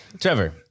Trevor